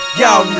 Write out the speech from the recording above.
Y'all